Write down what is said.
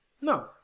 No